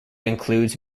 includes